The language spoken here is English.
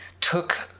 took